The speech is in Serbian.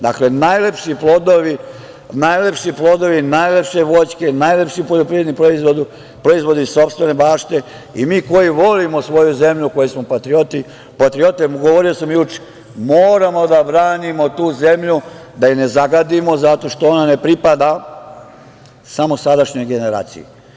Dakle, najlepši plodovi, najlepše voćke, najlepši poljoprivredni proizvodi iz sopstvene bašte i mi koji volimo svoju zemlju i koji smo patriote, govorio sam juče, moramo da branimo tu zemlju, da je ne zagadimo, zato što ona ne pripada samo sadašnjoj generaciji.